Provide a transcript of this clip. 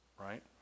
right